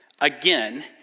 Again